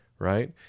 right